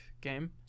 game